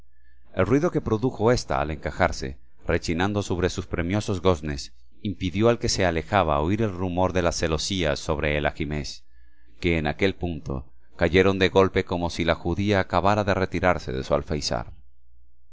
el ruido que produjo ésta al encajarse rechinando sobres sus premiosos goznes impidió al que se alejaba oír el rumor de las celosías sobre el ajimez que en aquel punto cayeron de golpe como si la judía acabara de retirarse de su alféizar